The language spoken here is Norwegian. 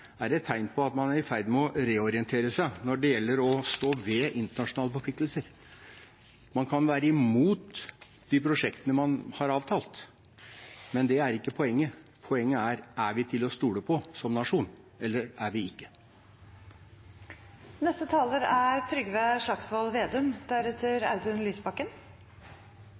er et tegn på at man er i ferd med å reorientere seg når det gjelder å stå ved internasjonale forpliktelser. Man kan være imot de prosjektene man har avtalt, men det er ikke poenget. Poenget er: Er vi til å stole på som nasjon, eller er vi